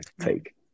take